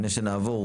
לפני שנעבור,